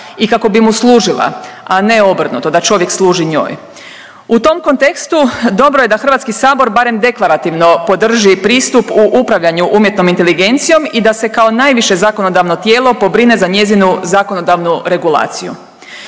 i kako bi mu služila, a ne obrnuto da čovjek služi njoj. U tom kontekstu dobro je da Hrvatski sabor barem deklarativno podrži pristup u upravljanju umjetnom inteligencijom i da se kao najviše zakonodavno tijelo pobrine za njezinu zakonodavnu regulaciju.